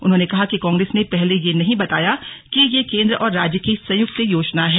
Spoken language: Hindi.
उन्होंने कहा कि कांग्रेस ने पहले यह नहीं बताया कि यह केंद्र और राज्य की संयुक्त योजना है